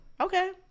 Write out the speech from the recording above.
Okay